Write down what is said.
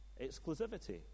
exclusivity